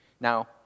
Now